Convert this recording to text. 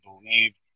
believe